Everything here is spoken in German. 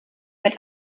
mit